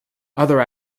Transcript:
other